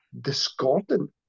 discordant